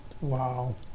Wow